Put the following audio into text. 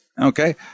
Okay